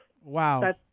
Wow